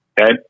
Okay